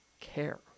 care